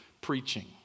preaching